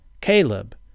Caleb